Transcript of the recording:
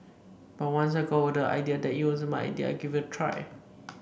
but once I got over the idea that it wasn't my idea I gave it a try